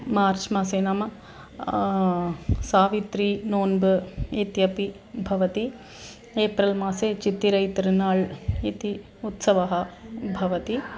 मार्च् मासे नाम सावित्रि नोन्ब् इत्यपि भवति एप्रिल् मासे चित्तिरै तिरुनाळ् इति उत्सवः भवति